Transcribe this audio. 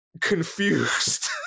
confused